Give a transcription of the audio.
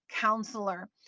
counselor